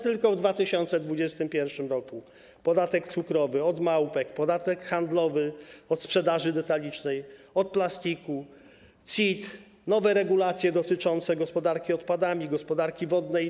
Tylko w 2021 r. - podatek cukrowy, od małpek, podatek handlowy od sprzedaży detalicznej, od plastiku, CIT, nowe regulacje dotyczące gospodarki odpadami, gospodarki wodnej.